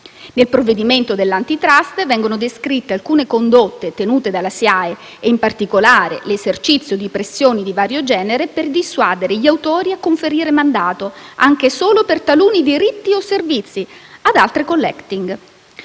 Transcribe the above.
Nel provvedimento dell'Antitrust vengono descritte talune condotte tenute dalla SIAE ed in particolare l'esercizio di pressioni di vario genere per dissuadere gli autori a conferire mandato, anche solo per taluni diritti o servizi, ad altre *collecting*.